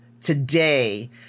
today